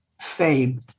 fame